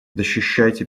защищайте